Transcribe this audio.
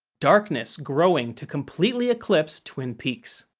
darkness growing to completely eclipse twin peaks.